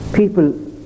people